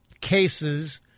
cases